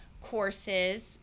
courses